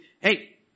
Hey